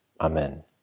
Amen